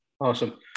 Awesome